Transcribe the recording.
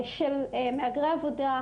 של מהגרי עבודה,